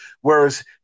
Whereas